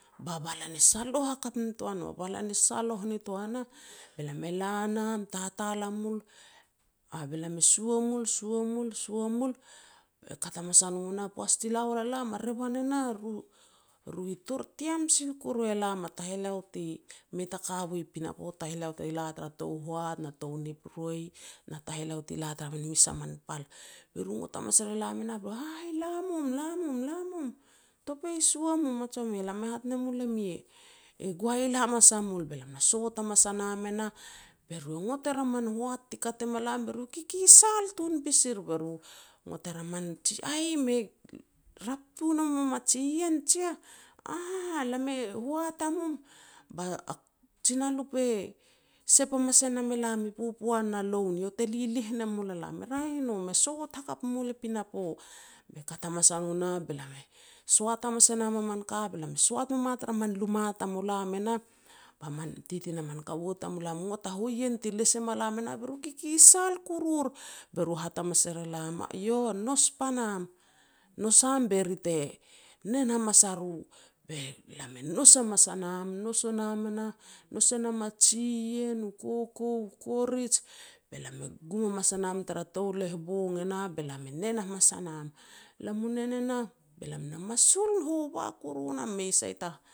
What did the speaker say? Ba balan e saloh hakap nitoa no, balan e saloh nitoa nah, be lam e la nam, tatal a mul, ah, be lam e sua mul, su mul, sua mul, be kat hamas a no nah, poaj ti la wal a lam a revan e nah ru tor team sil koru elam a taheleo ti mei ta ka wi pinapo, taheleo ti la tara tou hoat na tou nip roi, na taheleo ti la u tara min mes a man pal. Be ru e ngot hamas er e lam e nah be ru, "Aih, la mum la mum, la mum, topei sua mum ma tsome, lam e hat ne mul e mi e goael hamas a mul." Be lam e sot hamas a nam e nah, be ru e ngot er a min hoat ti kat e malam be ru kikisal tun pas ir. Be ru e ngot or, "Aih, me rap tun e mum a jiien jiah", "Aah, lam e hoat a mum ba jinalip e sep hamas e nam e lam i popoan na loun, eiau le lilih ne mu la lam." "Raeh i no, me sot hakap a mul i pinapo." Be kat hamas a no nah be lam e soat hamas e nam a man ka, be lam e soat me moa tar min luma tamulan e nah, ba min tete na min kaua ngot er a man hoien ti les em ma lam e nah be ru e kikisal kurur. Be ru hat hamas er e lam, "yo nous pan am, nous am be ri te nen hamas a ru." Be lam e nous hamas a nam, nous o nam e nah, nous e nam a jiien, u koukou, korij, be lam e gum hamas a nam tara touleh bong e nah, be lam e nen hamas a nam, lam i nen e nah be lam na masul oba koru nam mei sai ta